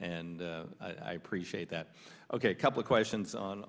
and i appreciate that ok couple questions on